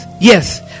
yes